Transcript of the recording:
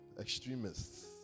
extremists